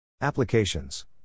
Applications